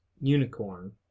unicorn